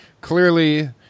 clearly